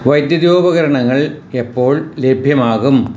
വൈദ്യുതോപകരണങ്ങൾ എപ്പോൾ ലഭ്യമാകും